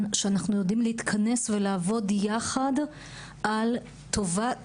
שאנחנו יודעים להתכנס ולעבוד ביחד על טובת